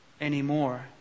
anymore